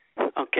Okay